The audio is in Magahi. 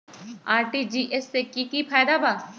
आर.टी.जी.एस से की की फायदा बा?